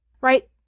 right